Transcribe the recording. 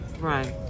Right